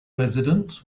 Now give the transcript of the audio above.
residents